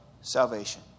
salvation